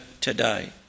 today